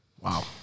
Wow